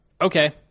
Okay